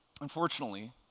Unfortunately